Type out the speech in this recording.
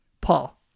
Paul